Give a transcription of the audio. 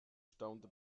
staunte